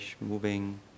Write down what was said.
moving